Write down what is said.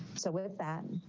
so with that,